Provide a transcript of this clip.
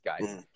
guys